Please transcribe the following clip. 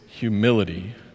humility